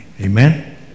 Amen